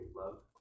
love